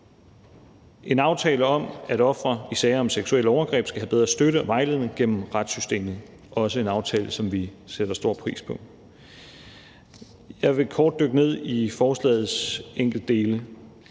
en aftale om, at ofre i sager om seksuelle overgreb skal have bedre støtte og vejledning gennem retssystemet. Det er også en aftale, som vi sætter stor pris på. Jeg vil kort dykke ned i forslagets enkeltdele.